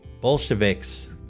Bolsheviks